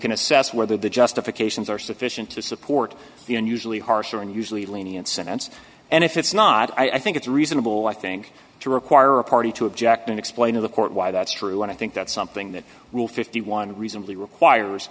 can assess whether the justifications are sufficient to support the unusually harsher and usually lenient sentence and if it's not i think it's reasonable i think to require a party to object and explain to the court why that's true and i think that's something that will fifty one reasonably requires